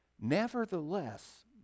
Nevertheless